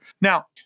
Now